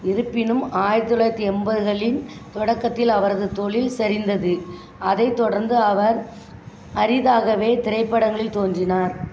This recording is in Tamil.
இருப்பினும் ஆயிரத்தி தொள்ளாயிரத்தி எண்பதுகளின் தொடக்கத்தில் அவரது தொழில் சரிந்தது அதைத் தொடர்ந்து அவர் அரிதாகவே திரைப்படங்களில் தோன்றினார்